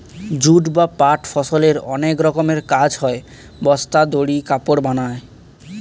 jute বা পাট ফসলের অনেক রকমের কাজ হয়, বস্তা, দড়ি, কাপড় বানায়